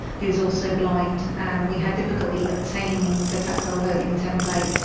who is also blind, and we had difficulty obtaining the tactile voting template.